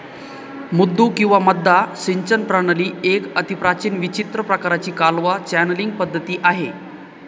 मुद्दू किंवा मद्दा सिंचन प्रणाली एक अतिप्राचीन विचित्र प्रकाराची कालवा चॅनलींग पद्धती आहे